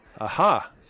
Aha